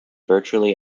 virtually